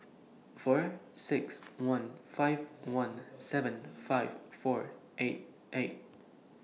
four six one five one seven five four eight eight